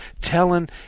telling